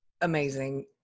amazing